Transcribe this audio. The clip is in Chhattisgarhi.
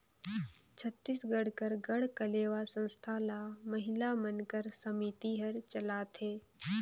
छत्तीसगढ़ कर गढ़कलेवा संस्था ल महिला मन कर समिति हर चलाथे